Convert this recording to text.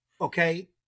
Okay